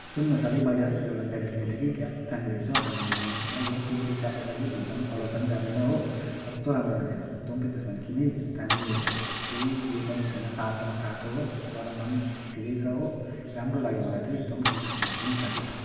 सुन् न साथी मैले अस्ति एउटा ज्याकेट किनेको थिएँ कि क्या दामी रहेछ आम्मामामा अहिलेसम्म तिनखेप चारखेप लगाइसकेँ धुँदाखेरि कलर पनि जाँदैन हो कस्तो राम्रो रहेछ तँ पनि किन्छस् भने किन् है दामी रहेछ केही उयो पनि छैन तातोमा तातो हो गरममा पनि ठिकै छ हो राम्रो लाग्यो मलाई त है तँ पनि किन्छस् भने किन् है साथी